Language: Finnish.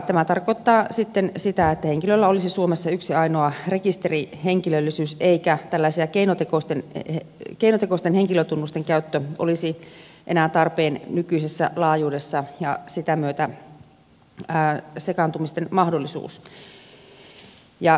tämä tarkoittaa sitten sitä että henkilöllä olisi suomessa yksi ainoa rekisterihenkilöllisyys eikä tällaisten keinotekoisten henkilötunnusten käyttö olisi enää tarpeen nykyisessä laajuudessa ja sitä myötä sekaantumisten mahdollisuus poistuisi